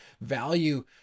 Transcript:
value